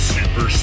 Super